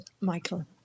michael